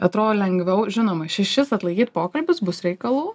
atro lengviau žinoma šešis atlaikyt pokalbius bus reikalų